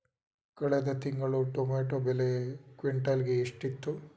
ಕಳೆದ ತಿಂಗಳು ಟೊಮ್ಯಾಟೋ ಬೆಲೆ ಕ್ವಿಂಟಾಲ್ ಗೆ ಎಷ್ಟಿತ್ತು?